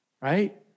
Right